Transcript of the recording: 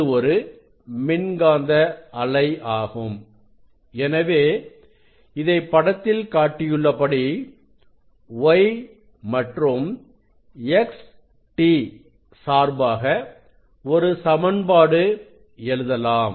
இது ஒரு மின்காந்த அலை ஆகும் எனவே இதை படத்தில் காட்டியுள்ளபடி y மற்றும் xt சார்பாக ஒரு சமன்பாடு எழுதலாம்